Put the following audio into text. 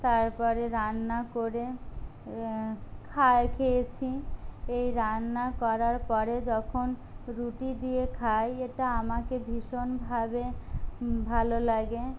তারপরে রান্না করে খায় খেয়েছি এই রান্না করার পরে যখন রুটি দিয়ে খাই এটা আমাকে ভীষণভাবে ভালো লাগে